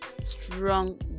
strong